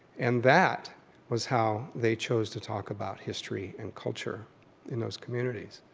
and that was how they chose to talk about history and culture in those communities.